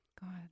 god